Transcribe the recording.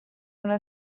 una